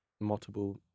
multiple